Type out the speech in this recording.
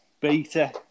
beta